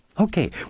Okay